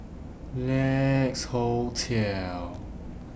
Lex Hotel